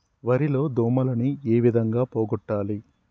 వరి లో దోమలని ఏ విధంగా పోగొట్టాలి?